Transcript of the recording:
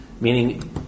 Meaning